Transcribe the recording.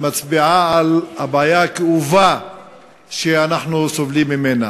מצביעה על הבעיה הכאובה שאנחנו סובלים ממנה.